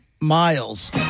miles